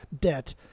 debt